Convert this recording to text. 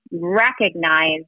Recognize